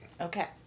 Okay